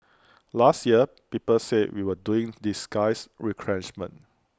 last year people said we were doing disguised retrenchment